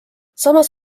samas